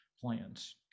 plans